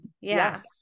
Yes